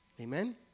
Amen